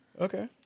Okay